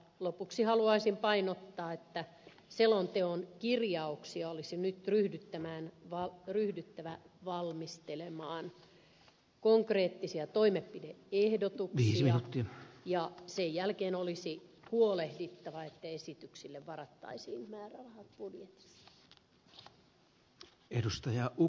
lopuksi haluaisin painottaa että selonteon kirjauksia olisi nyt ryhdyttävä valmistelemaan konkreettisia toimenpide ehdotuksia ja sen jälkeen olisi huolehdittava että esityksille varattaisiin määrärahat budjetissa